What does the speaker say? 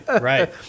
Right